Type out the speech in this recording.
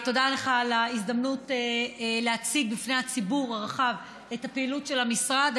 תודה לך על ההזדמנות להציג בפני הציבור הרחב את הפעילות של המשרד.